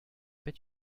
fait